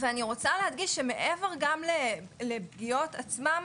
אני רוצה להדגיש, מעבר לפגיעות עצמן,